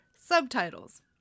subtitles